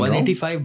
$185